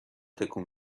تکون